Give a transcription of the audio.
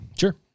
Sure